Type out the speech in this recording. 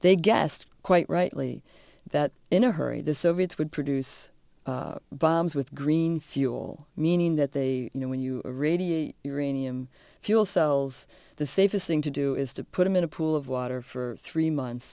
they guessed quite rightly that in a hurry the soviets would produce bombs with green fuel meaning that they you know when you radiate uranium fuel cells the safest thing to do is to put them in a pool of water for three months